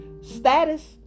status